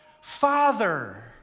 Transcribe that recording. Father